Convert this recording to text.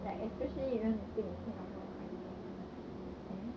like especially you want to stay in singapore quite ex mah eh